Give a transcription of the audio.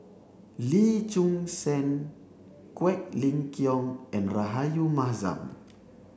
Lee Choon Seng Quek Ling Kiong and Rahayu Mahzam